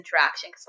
interaction